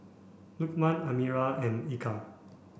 Lukman Amirah and Eka